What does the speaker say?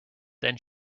then